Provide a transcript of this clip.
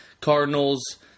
cardinals